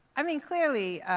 i mean, clearly,